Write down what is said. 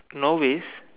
no ways